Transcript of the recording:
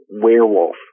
werewolf